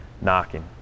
knocking